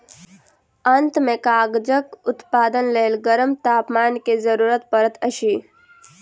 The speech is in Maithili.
अंत में कागजक उत्पादनक लेल गरम तापमान के जरूरत पड़ैत अछि